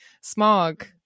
smog